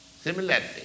Similarly